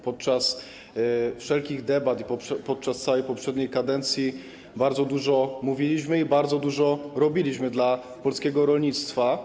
Podczas wszelkich debat i podczas całej poprzedniej kadencji bardzo dużo mówiliśmy o tym i bardzo dużo robiliśmy dla polskiego rolnictwa.